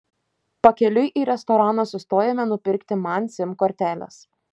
pakeliui į restoraną sustojome nupirkti man sim kortelės